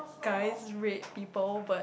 guys rate people but